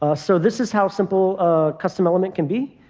ah so this is how simple a custom element can be.